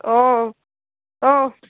অঁ অঁ